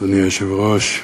אדוני היושב-ראש,